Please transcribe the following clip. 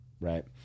Right